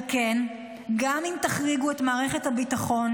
על כן, גם אם תחריגו את מערכת הביטחון,